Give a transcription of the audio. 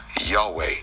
Yahweh